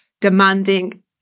demanding